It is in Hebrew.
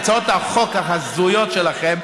עם הצעות החוק ההזויות שלכם,